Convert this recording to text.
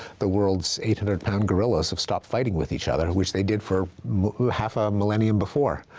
the world's eight hundred pound gorillas have stopped fighting with each other, which they did for half a simillimum before.